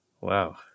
Wow